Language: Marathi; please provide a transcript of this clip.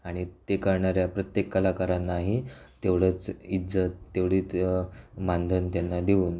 आणि ते करणाऱ्या प्रत्येक कलाकारांनाही तेवढंच इज्जत तेवढीच मानधन त्यांना देऊन